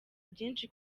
byinshi